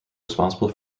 responsible